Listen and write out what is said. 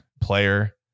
player